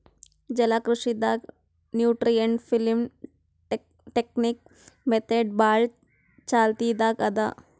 ಜಲಕೃಷಿ ದಾಗ್ nutrient film technique method ಭಾಳ್ ಚಾಲ್ತಿದಾಗ್ ಅದಾ